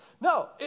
no